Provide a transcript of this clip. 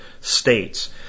states